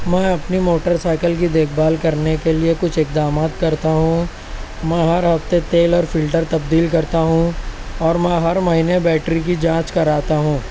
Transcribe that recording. میں اپنی motor cycle کی دیکھ بھال کرنے کے لئے کچھ اقدامات کرتا ہوں میں ہر ہفتے تیل اور فلٹر تبدیل کرتا ہوں اور میں ہر مہینے بیٹری کی جانچ کراتا ہوں